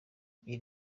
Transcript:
iri